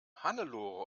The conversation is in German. hannelore